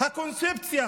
הקונספציה